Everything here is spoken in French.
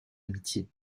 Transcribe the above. amitié